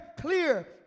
clear